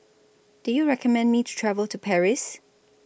Do YOU recommend Me to travel to Paris